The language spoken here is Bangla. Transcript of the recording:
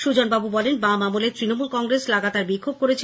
সুজনবাবু বলেন বাম আমলে তৃণমূল কংগ্রেস লাগাতার বিক্ষোভ করেছে